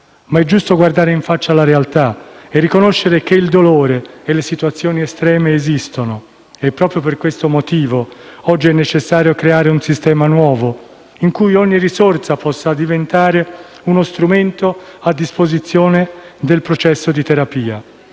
però giusto guardare in faccia la realtà e riconoscere che il dolore e le situazioni estreme esistono. Proprio per questo motivo, è oggi necessario creare un sistema nuovo, in cui ogni risorsa possa diventare uno strumento a disposizione del processo di terapia.